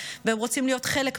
רוצים להיות חלק מהממשלה,